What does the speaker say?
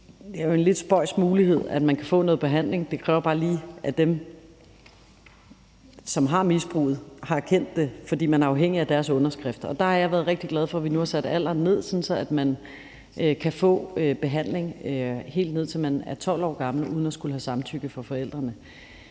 det jo er en lidt spøjs mulighed, at nogen kan få noget behandling, som så bare lige kræver, at dem, som har misbruget, har erkendt det, fordi man er afhængig af deres underskrift. Og der har jeg været rigtig glad for, at vi nu har sat alderen ned, sådan at man kan få behandling helt ned, fra man er 12 år gammel, uden at skulle have samtykke fra forældrene.